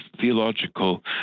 theological